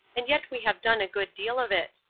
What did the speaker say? and yet we have done a good deal of it.